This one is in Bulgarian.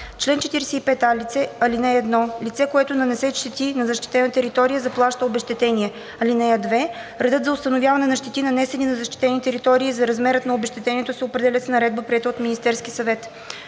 чл. 45а: „Чл. 45а. (1) Лице, което нанесе щети на защитена територия, заплаща обезщетение. (2) Редът за установяване на щети, нанесени на защитени територии, и размерът на обезщетението се определят с наредба, приета от Министерския съвет.“